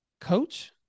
coach